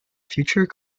future